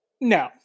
No